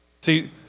See